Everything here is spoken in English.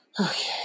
okay